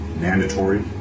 mandatory